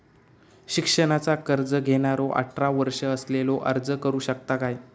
शिक्षणाचा कर्ज घेणारो अठरा वर्ष असलेलो अर्ज करू शकता काय?